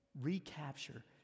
recapture